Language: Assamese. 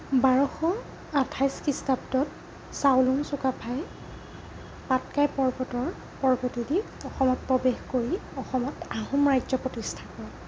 বাৰশ আঠাইছ খ্ৰীষ্টাব্দত চাওলুং চুকাফাই পাটকাই পৰ্বতৰ পৰ্বতেদি অসমত প্ৰৱেশ কৰি অসমত আহোম ৰাজ্য প্ৰতিষ্ঠা কৰে